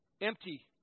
empty